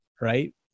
right